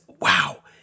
wow